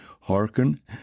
hearken